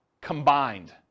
combined